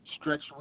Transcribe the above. stretch